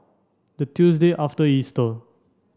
the Tuesday after Easter